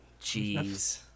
jeez